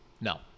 No